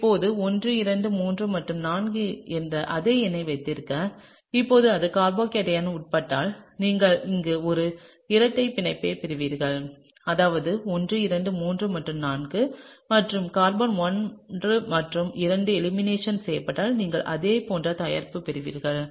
இப்போது 1 2 3 மற்றும் 4 என்ற அதே எண்ணை வைத்திருக்க இப்போது இது கார்போகேட்டையான் உட்பட்டால் நீங்கள் இங்கே ஒரு இரட்டை பிணைப்பைப் பெறுவீர்கள் அதாவது 1 2 3 மற்றும் 4 மற்றும் கார்பன் 1 மற்றும் 2 எலிமினேஷன் உட்பட்டால் நீங்கள் அதே போன்ற தயாரிப்பு பெறுவீர்கள்